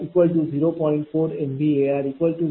004 p